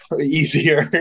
easier